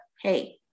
hey